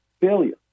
failure